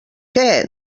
què